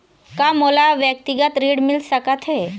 का मोला व्यक्तिगत ऋण मिल सकत हे?